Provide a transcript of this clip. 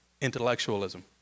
intellectualism